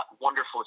wonderful